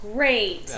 Great